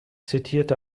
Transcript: zitierte